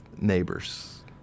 neighbors